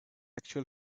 actual